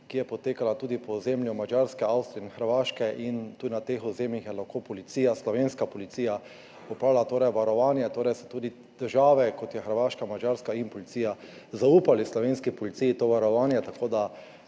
ki je potekala tudi po ozemlju Madžarske, Avstrije in Hrvaške in tudi na teh ozemljih je lahko slovenska policija opravljala varovanje, torej so tudi države, kot so Hrvaška, Madžarska in Avstrija, zaupale slovenski policiji to varovanje, tako da